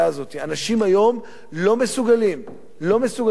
אנשים היום לא מסוגלים להגיע לדירה.